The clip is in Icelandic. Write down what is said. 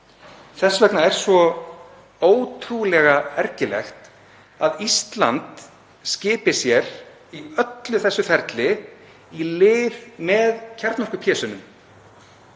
Þess vegna er svo ótrúlega ergilegt að Ísland skipi sér í öllu þessu ferli í lið með kjarnorkupésunum.